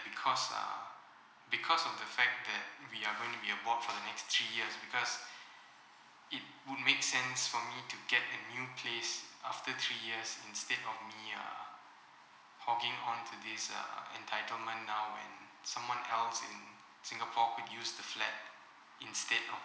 because uh because of the flat that we are going to be aboard for the next three years because it would make sense for me to get a new place after three years instead of me uh hogging on to this uh entitlement now and someone else in singapore could use the flat instead of